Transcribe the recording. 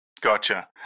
Gotcha